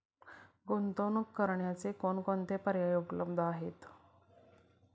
गुंतवणूक करण्याचे कोणकोणते पर्याय उपलब्ध आहेत?